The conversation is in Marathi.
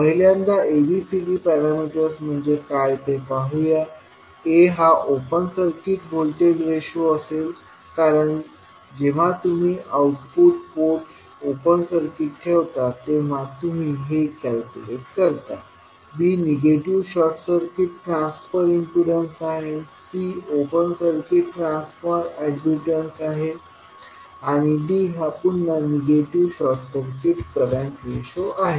पहिल्यांदा ABCD पॅरामीटर्स म्हणजे काय ते पाहूया A हा ओपन सर्किट व्होल्टेज रेशो असेल कारण जेव्हा तुम्ही आउटपुट पोर्ट ओपन सर्किट ठेवता तेव्हा तुम्ही हे कॅल्क्युलेट करता B negative short circuit transfer impedance आहे C open circuit transfer admittance आहे आणि D पुन्हा negative short circuit current ratio आहे